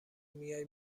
میای